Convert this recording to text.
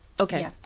Okay